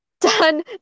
Done